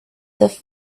the